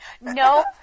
No